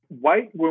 White